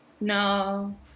No